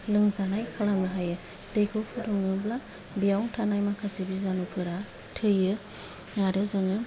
लोंजानाय खालामनो हायो दैखौ फुदुङोब्ला बेयाव थानाय माखासे बिजानुफोरा थैयो आरो जोङो